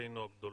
ידידתנו הגדולה,